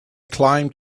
climbed